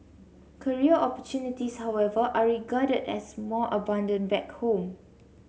career opportunities however are regarded as more abundant back home